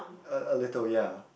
a a little ya